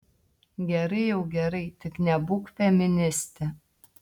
gerai jau gerai tik nebūk feministė